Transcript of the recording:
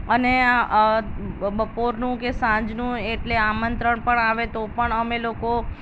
અને બપોરનું કે સાંજનું એટલે આમંત્રણ પણ આવે તો પણ અમે લોકો